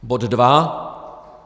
Bod dva.